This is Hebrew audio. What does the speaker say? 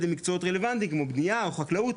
במקצועות רלוונטיים כמו בנייה או חקלאות,